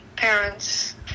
parents